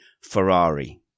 Ferrari